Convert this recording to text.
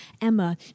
Emma